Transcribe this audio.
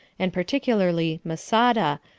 and particularly masada,